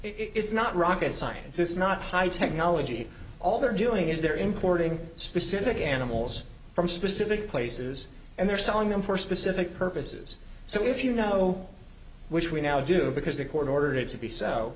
it's not rocket science it's not high technology all they're doing is they're importing specific animals from specific places and they're selling them first pacific purposes so if you know which we now do because the court ordered it to be so